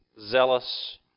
zealous